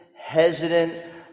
hesitant